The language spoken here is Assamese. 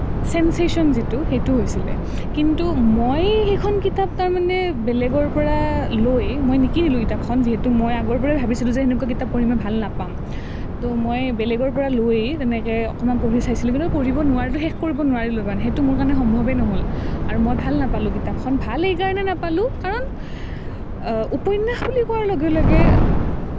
ছেন্ছেশ্য়ন যিটো সেইটো হৈছিলে কিন্তু মই সেইখন কিতাপ তাৰমানে বেলেগৰ পৰা লৈ মই নিকিনিলোঁ কিতাপখন যিহেতু মই আগৰ পৰাই কিতাপখন ভাবিছিলোঁ যে কিতাপখন পঢ়ি ভাল নাপাম তো মই বেলেগৰ পৰা লৈ তেনেকৈ অকণমান পঢ়ি চাইছিলোঁ কিন্তু পঢ়িব নোৱাৰিলোঁ শেষ কৰিব নোৱাৰিলোঁ মানে সেইটো মোৰ কাৰণে সম্ভৱেই নহ'ল আৰু মই ভাল নাপালোঁ কিতাপখন ভাল এইকাৰণেই নাপালোঁ কাৰণ উপন্যাস বুলি কোৱাৰ লগে লগে